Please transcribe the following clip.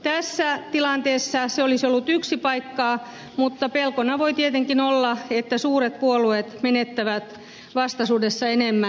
tässä tilanteessa se olisi ollut yksi paikka mutta pelkona voi tietenkin olla että suuret puolueet menettävät vastaisuudessa enemmän